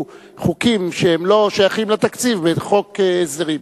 חוקים שלא שייכים לתקציב בחוק הסדרים.